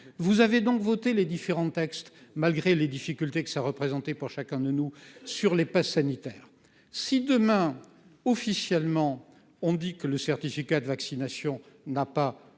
vous avez donc voter les différents textes, malgré les difficultés que ça représentait pour chacun de nous sur les passes sanitaires si demain officiellement on dit que le certificat de vaccination n'a pas